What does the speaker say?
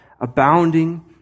abounding